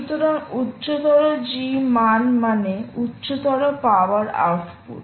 সুতরাং উচ্চতর G মান মানে উচ্চতর পাওয়ার আউটপুট